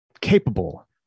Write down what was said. capable